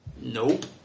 Nope